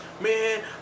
man